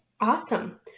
Awesome